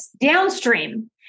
downstream